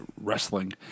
wrestling